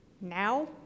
now